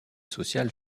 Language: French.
sociale